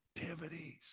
activities